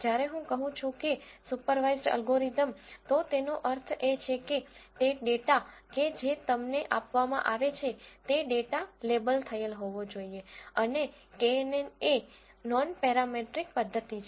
જ્યારે હું કહું છું કે સુપરવાઇસ્ડ અલ્ગોરિધમ તો તેનો અર્થ એ છે કે તે ડેટા કે જે તમને આપવામાં આવે છે તે ડેટા લેબલ થયેલ હોવો જોઈએ અને knn એ નોનપેરામેટ્રિક પદ્ધતિ છે